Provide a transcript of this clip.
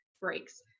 breaks